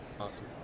Awesome